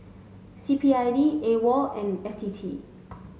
C P I D AWOL and F T T